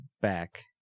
back